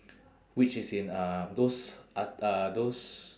which is in uh those at~ uh those